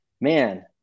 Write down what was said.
man